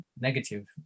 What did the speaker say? negative